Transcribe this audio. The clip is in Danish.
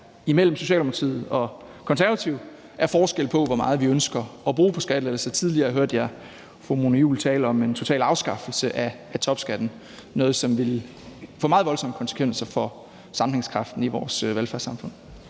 mellem Socialdemokratiet og Konservative er forskel på, hvor meget vi ønsker at bruge på skattelettelser. Tidligere hørte jeg fru Mona Juul tale om en total afskaffelse af topskatten, noget, som ville få meget voldsomme konsekvenser for sammenhængskraften i vores velfærdssamfund.